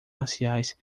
marciais